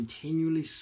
continually